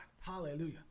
Hallelujah